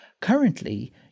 Currently